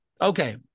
Okay